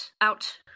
out